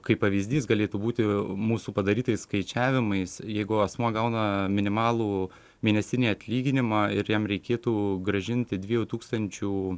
kaip pavyzdys galėtų būti mūsų padarytais skaičiavimais jeigu asmuo gauna minimalų mėnesinį atlyginimą ir jam reikėtų grąžinti dviejų tūkstančių